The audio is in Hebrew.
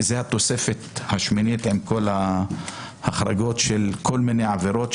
התוספת השמינית עם כל ההחרגות של כל מיני עבירות,